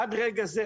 עד לרגע זה,